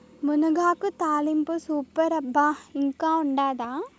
మునగాకు తాలింపు సూపర్ అబ్బా ఇంకా ఉండాదా